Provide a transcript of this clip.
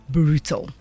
brutal